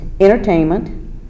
entertainment